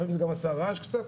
לפעמים עשה רעש קצת,